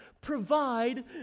provide